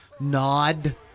nod